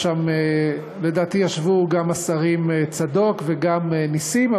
לדעתי ישבו גם השרים צדוק וגם נסים,